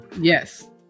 Yes